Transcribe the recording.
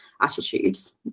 attitudes